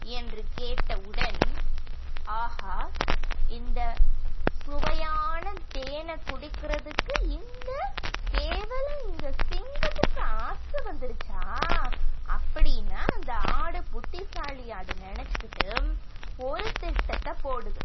என்று கேட்டவுடன் ஆஹா இந்த சுவையான தேனை குடிக்கிறதுக்கு இந்த கேவலம் இந்த சிங்கத்துக்கு ஆசை வந்திடுச்சா அப்படின்னு அந்த ஆடு புத்திசாலி ஆடு நினச்சிக்கிட்டு ஒரு திட்டத்தப் போடுது